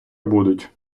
будуть